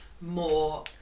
more